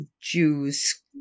Jews